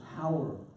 power